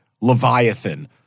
Leviathan